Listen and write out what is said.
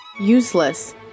Useless